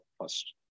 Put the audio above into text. first